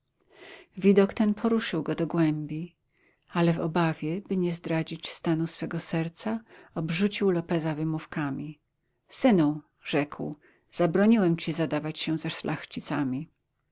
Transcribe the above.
widok ten poruszył go do głębi ale w obawie by nie zdradzić stanu swego serca obrzucił lopeza wymówkami synu rzekł zabroniłem ci zadawać się ze szlachcicami ach